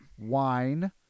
wine